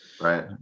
Right